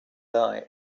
die